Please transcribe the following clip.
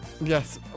Yes